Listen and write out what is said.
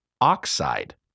oxide